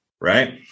right